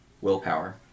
willpower